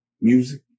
music